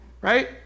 right